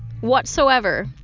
whatsoever